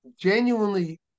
genuinely